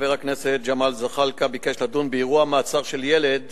חבר הכנסת ג'מאל זחאלקה ביקש לדון באירוע מעצר של ילד